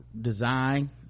design